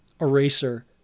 Eraser